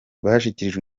bashyikirijwe